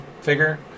figure